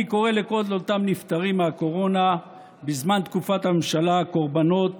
אני קורא לכל אותם נפטרים מקורונה בזמן תקופת הממשלה "קורבנות